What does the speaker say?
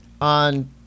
on